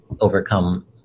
overcome